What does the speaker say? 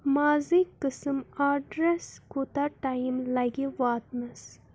مازٕکۍ قٕسٕم آرڈرَس کوٗتاہ ٹایِم لگہِ واتنَس